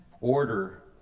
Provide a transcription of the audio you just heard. order